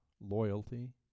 loyalty